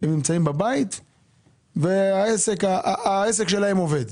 הם בבית והעסק שלהם עובד.